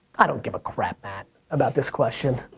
i don't give a crap, matt, about this question.